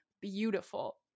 beautiful